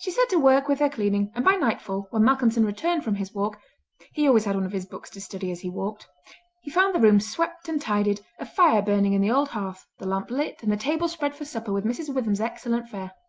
she set to work with her cleaning and by nightfall, when malcolmson returned from his walk he always had one of his books to study as he walked he found the room swept and tidied, a fire burning in the old hearth, the lamp lit, and the table spread for supper with mrs. witham's excellent fare.